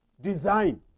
design